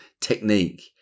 technique